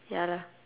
ya lah